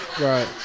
Right